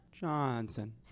Johnson